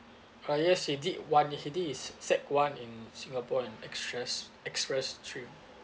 ah yes he did one he did his sec one in singapore and express express stream